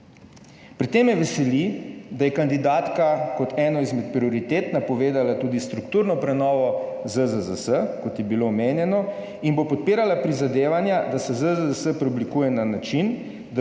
Pri tem me veseli, da je kandidatka kot eno izmed prioritet napovedala tudi strukturno prenovo ZZZS, kot je bilo omenjeno, in bo podpirala prizadevanja, da se ZZZS preoblikuje na način,